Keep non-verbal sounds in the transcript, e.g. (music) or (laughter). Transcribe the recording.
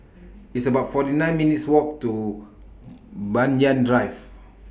It's about forty nine minutes' Walk to (noise) Banyan Drive